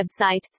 website